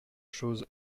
chose